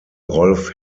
rolf